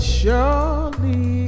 surely